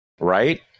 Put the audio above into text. right